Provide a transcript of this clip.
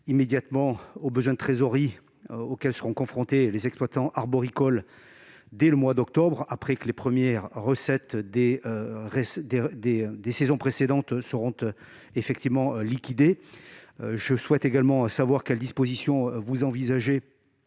immédiatement aux besoins de trésorerie auxquels seront confrontés les exploitants arboricoles dès le mois d'octobre, après que les premières recettes des saisons précédentes auront été effectivement liquidées. J'aimerais également savoir quelles mesures vous envisagez